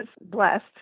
blessed